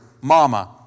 mama